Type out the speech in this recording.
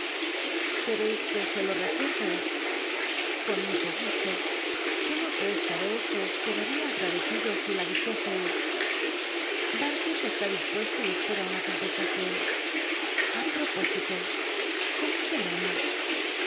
quctcis que se lo recuerde con mucho gusto solo que esta vez os c ue biblioteca nacional de españa ll vid c'o l'pehfie il ll tu hermanito mo dijo mi rnndrc daría agradecido si la dijeseis barkis e t i dispuesto y espera una contestacion a i'opósito cómo se llama